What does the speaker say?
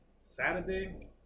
Saturday